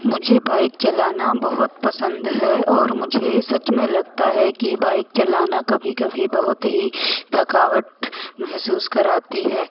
मुझे बाइक चलाना बहुत पसंद है और मुझे सच में लगता है कि बाइक चलाना कभी कभी बहुत ही थकावट महसूस कराती है